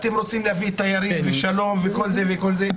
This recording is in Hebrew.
אתם רוצים להביא תיירים ושלום ואין?